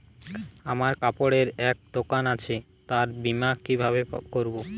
আমার কাপড়ের এক দোকান আছে তার বীমা কিভাবে করবো?